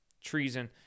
treason